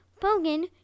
Bogan